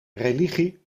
religie